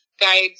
guides